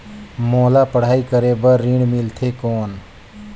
मोला पढ़ाई करे बर ऋण मिलथे कौन?